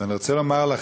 ואני רוצה לומר לכם,